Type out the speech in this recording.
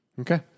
okay